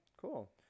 Cool